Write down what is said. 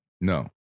No